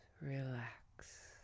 relax